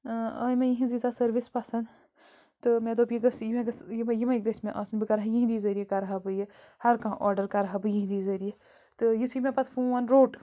آیہِ مےٚ یِہٕنٛز ییٖژاہ سٔروِس پسنٛد تہٕ مےٚ دوٚپ یہِ گٔژھ مےٚ گٔژھ یِمَے یِمَے گٔژھۍ مےٚ آسٕنۍ بہٕ کَرٕ ہا یِہٕنٛدی ذٔریعہِ کَرٕ ہا بہٕ یہِ ہر کانٛہہ آرڈَر کرٕ ہا بہٕ یِہٕنٛدی ذٔریعہِ تہٕ یُتھٕے مےٚ پَتہٕ فون روٚٹ